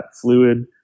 fluid